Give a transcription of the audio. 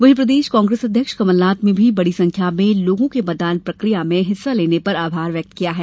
वहीं प्रदेश कांग्रेस अध्यक्ष कमलनाथ ने भी बड़ी संख्या में लोगों के मतदान प्रक्रिया में हिस्सा लेने पर आभार व्यक्त किया है